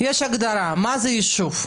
הגדרה מה זה יישוב.